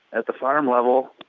at the farm level,